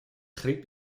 griep